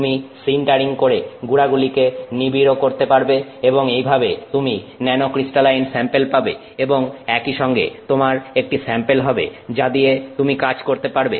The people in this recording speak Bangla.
তুমি সিন্টারিং করে গুড়াগুলিকে নিবিড় করতে পারবে এবং এই ভাবে তুমি ন্যানোক্রিস্টালাইন স্যাম্পেল পাবে এবং একই সঙ্গে তোমার একটি স্যাম্পেল হবে যা দিয়ে তুমি কাজ করতে পারবে